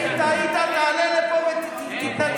ואם טעית, תעלה לפה ותתנצל.